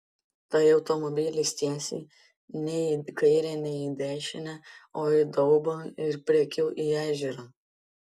tai automobilis tiesiai nei į kairę nei į dešinę o į daubą ir priekiu į ežerą